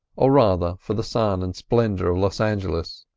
or rather for the sun and splendour of los angeles,